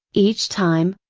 each time,